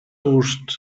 gust